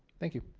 thank you.